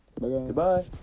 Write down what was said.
Goodbye